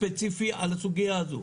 ספציפי על הסוגיה הזו.